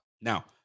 Now